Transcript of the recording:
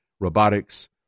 robotics